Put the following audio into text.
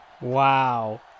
Wow